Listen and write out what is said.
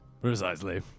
Precisely